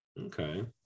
okay